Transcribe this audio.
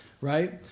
Right